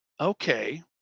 okay